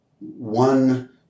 one